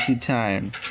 time